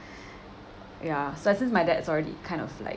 ya so since my dad's already kind of like